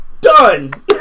Done